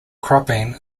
cropping